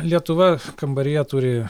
lietuva kambaryje turi